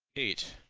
eight.